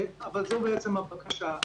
זאת בעצם הבקשה.